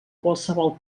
qualsevol